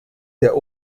der